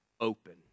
Open